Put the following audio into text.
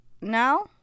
now